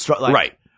Right